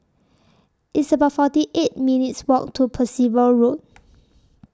It's about forty eight minutes' Walk to Percival Road